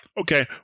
okay